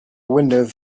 windows